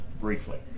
briefly